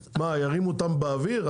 מה, ירימו אותן באוויר?